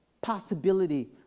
possibility